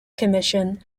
commission